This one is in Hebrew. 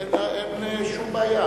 אין שום בעיה,